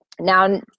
now